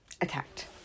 attacked